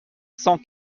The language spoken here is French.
cent